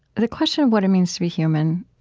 the question of what it means to be human,